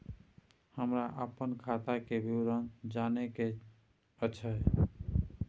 हमरा अपन खाता के विवरण जानय के अएछ?